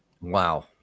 Wow